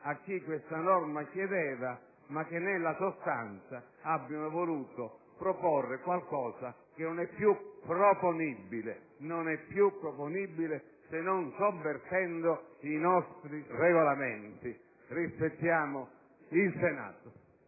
a chi questa norma chiedeva, ma che nella sostanza abbiano voluto proporre qualcosa che non è più proponibile, se non sovvertendo il nostro Regolamento. Rispettiamo il Senato!